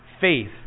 faith